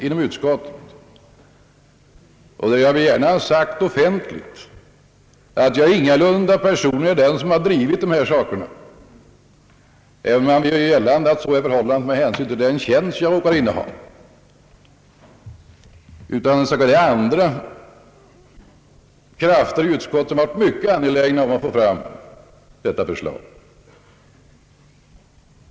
Här vill jag gärna ha sagt offentligt att jag ingalunda är den som har drivit dessa frågor, vilket man vill göra gällande med tanke på den tjänst jag innehar, utan det är andra krafter i utskot tet som varit mycket angelägna att få fram detta förslag.